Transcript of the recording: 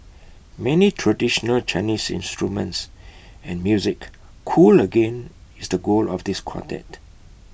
many traditional Chinese instruments and music cool again is the goal of this quartet